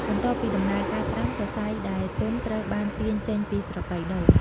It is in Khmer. បន្ទាប់ពីដំណើរការត្រាំ សរសៃដែលទន់ត្រូវបានទាញចេញពីស្រកីដូង។